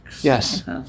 Yes